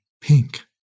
pink